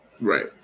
Right